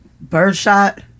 birdshot